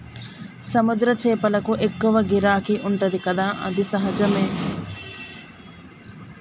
సముద్ర చేపలకు ఎక్కువ గిరాకీ ఉంటది కదా అది సహజమే